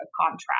contract